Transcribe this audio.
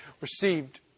received